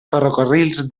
ferrocarrils